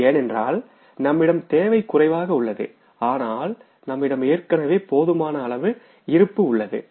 ஏனென்றால் நம்மிடம் தேவை குறைவாக உள்ளது ஆனால் நம்மிடம் ஏற்கனவே போதுமான அளவு இருப்பு உள்ளது